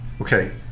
Okay